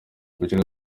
ibiciro